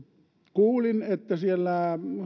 kuulin että siellä